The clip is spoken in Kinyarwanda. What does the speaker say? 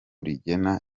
rigena